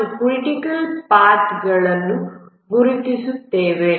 ಮತ್ತು ಕ್ರಿಟಿಕಲ್ ಪಾಥ್ಗಳನ್ನು ಗುರುತಿಸುತ್ತೇವೆ